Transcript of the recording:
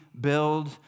build